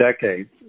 decades